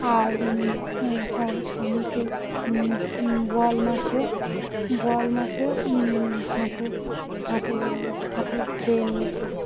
আর তার স্বামীকে বোয়াল মাছে বোয়াল মাছে হাঁটু হাঁটু হাঁটু খেয়ে নিয়েছিলো